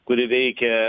kuri veikia